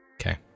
Okay